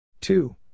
two